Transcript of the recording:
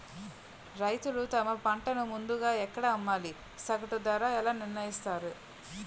రైతులు తమ పంటను ముందుగా ఎక్కడ అమ్మాలి? సగటు ధర ఎలా నిర్ణయిస్తారు?